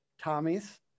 Tommy's